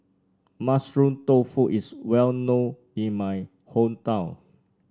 Mushroom Tofu is well known in my hometown